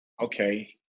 okay